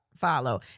follow